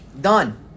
Done